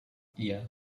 iya